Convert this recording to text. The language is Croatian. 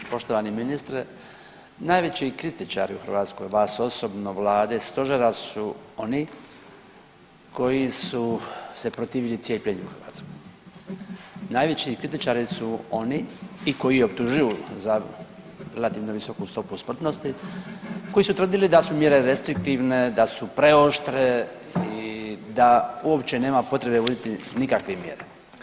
Poštovani ministre, najveći kritičari u Hrvatskoj, vas osobno, vlade i stožera su oni koji su se protivili cijepljenju u Hrvatskoj, najveći kritičari su oni i koji optužuju za relativno visoku stopu smrtnosti, koji su tvrdili da su mjere restriktivne, da su preoštre i da uopće nema potrebe uvoditi nikakve mjere.